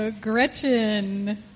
Gretchen